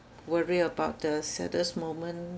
worry about the saddest moment